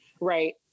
right